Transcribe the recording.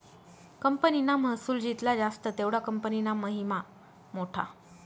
कंपनीना महसुल जित्ला जास्त तेवढा कंपनीना महिमा मोठा